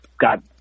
got